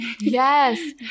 Yes